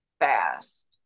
fast